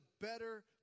better